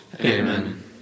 Amen